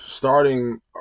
Starting